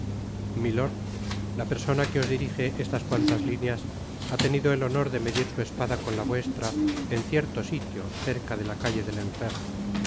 milord la persona que os dirije estas cuantas lineas ha tenido el honor de medir su espada con la vuestra en cierto sitio cerca la calle del enfer